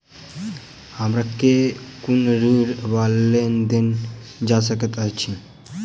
हमरा केँ कुन ऋण वा लोन देल जा सकैत अछि?